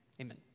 amen